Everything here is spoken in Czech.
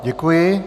Děkuji.